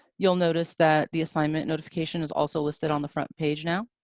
you'll notice that the assignment notification is also listed on the front page, now.